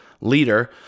leader